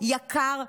יקר,